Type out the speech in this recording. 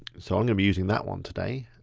so i'm gonna be using that one today.